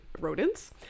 rodents